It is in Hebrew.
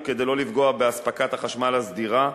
וכדי לא לפגוע באספקת החשמל הסדירה,